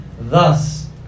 thus